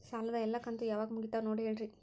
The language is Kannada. ಸಾಲದ ಎಲ್ಲಾ ಕಂತು ಯಾವಾಗ ಮುಗಿತಾವ ನೋಡಿ ಹೇಳ್ರಿ